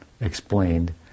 explained